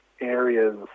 areas